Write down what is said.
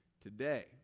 today